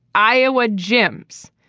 iowa, jim's,